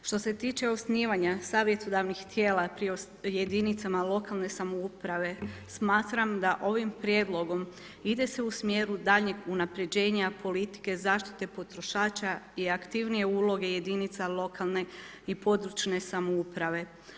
Što se tiče osnivanja savjetodavnih tijela pri jedinicama lokalne samouprave smatram da ovim prijedlogom ide se u smjeru daljnjeg unaprijeđena politike zaštite potrošača i aktivnije uloge jedinice lokalne i područne samouprave.